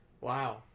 Wow